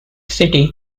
city